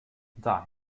unter